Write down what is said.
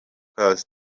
plus